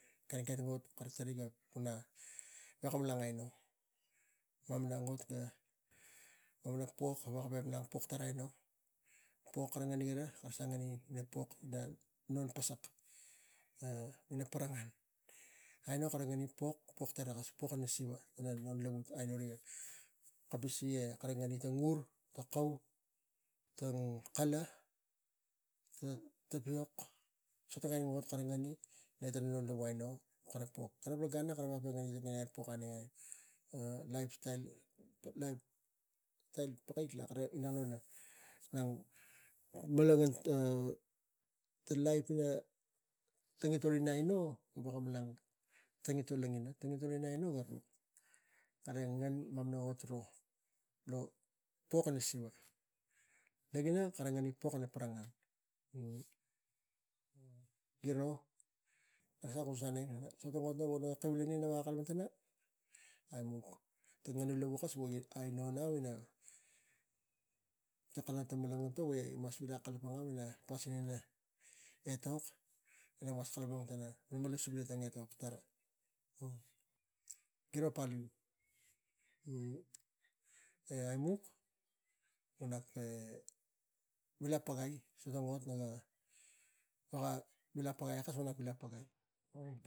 Giro loge ro sumi akamus nak vuk etok pana tang vivilai ina tang lain lavu e laklak lava. Kak malmal sup ina etok ekeng usigi kara minang gaveko malang aino gan pal langina gaveko tarai kilai nak kara ina lain in nak kara ina lakek lo community tara, malang ga veko tokon sevis gi ma ina angasik ira. Rik tarai ira e rik veko kalapang pana tapan ot ima kara mas tarai rik toni mamana ot etang e kara i gei ri, rik kus pana gavek e rik kus ana gaveko ima kes, okay e, e, nak ri, rik suka tang sakai sia e rik latuagi lo kari bak e rik kuskus pana, eni kara tang ina lakek ina kapul tari. E nak kara lain lo siva rik mirang tarag au neng e kara veko kalapang pana so tang ot wogi sang e kara sa minang, e nari rik kalapang pana kapul tari ne ara rik ngen i tang ina lieng tarag ina angasik ira e rak kara me sinuk auneng, e lo gan ang ga tokon angasik gima au neng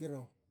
rik mas lisi sura.